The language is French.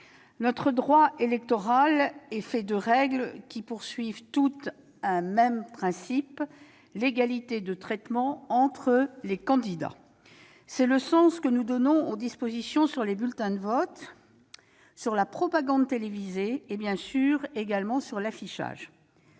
notre droit électoral est fait de règles répondant toutes à un même principe : l'égalité de traitement entre les candidats. C'est le sens que nous donnons aux dispositions sur les bulletins de vote, sur la propagande télévisée et, bien sûr, également sur l'affichage.